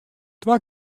twa